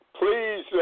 Please